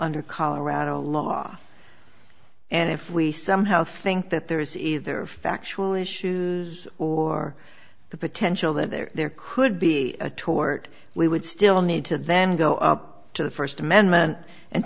under colorado law and if we somehow think that there is either factual issues or the potential that there could be a tort we would still need to then go to the first amendment and